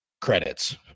credits